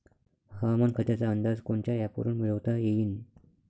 हवामान खात्याचा अंदाज कोनच्या ॲपवरुन मिळवता येईन?